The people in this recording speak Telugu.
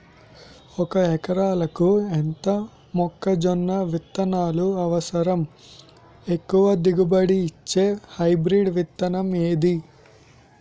ఒక ఎకరాలకు ఎంత మొక్కజొన్న విత్తనాలు అవసరం? ఎక్కువ దిగుబడి ఇచ్చే హైబ్రిడ్ విత్తనం ఏది?